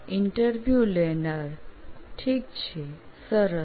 interview લેનાર ઠીક છે સરસ